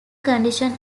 condition